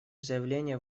заявление